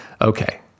Okay